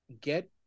get